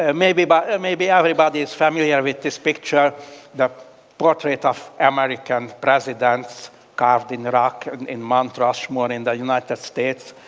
and maybe but maybe everybody's familiar with this picture the portrait of american presidents carved in rock in mount rushmore in the united states,